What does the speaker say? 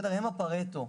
הם הפרטו,